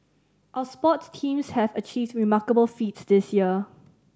our sports teams have achieved remarkable feats this year